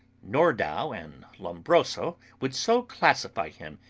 nordau and lombroso would so classify him,